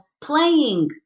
Playing